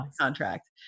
contract